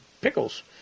pickles